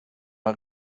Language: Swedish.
har